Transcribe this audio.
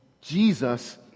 Jesus